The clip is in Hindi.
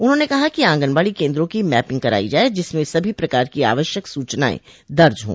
उन्होंने कहा कि आंगनबाड़ी केन्द्रों की मैपिंग कराई जाये जिसमें सभी प्रकार की आवश्यक सूचनाएं दर्ज हों